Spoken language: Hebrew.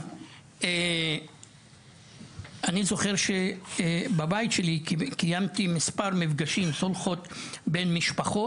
אני זוכר שקיימתי סולחות בבית שלי,